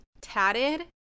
Tatted